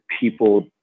people